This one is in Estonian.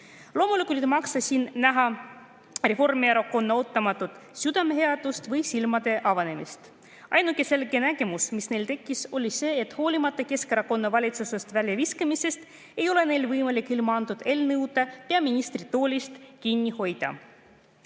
Loomulikult ei maksa siin näha Reformierakonna ootamatut südameheadust või silmade avanemist. Ainuke selge nägemus, mis neil tekkis, oli see, et hoolimata sellest, et nad Keskerakonna valitsusest välja viskasid, ei ole neil võimalik ilma selle eelnõuta peaministritoolist kinni hoida.